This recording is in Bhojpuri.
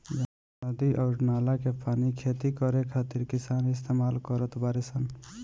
नदी अउर नाला के पानी खेती करे खातिर किसान इस्तमाल करत बाडे सन